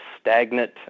stagnant